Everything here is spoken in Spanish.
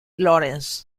lawrence